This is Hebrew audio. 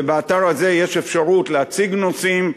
ובאתר הזה יש אפשרות להציג נושאים,